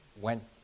went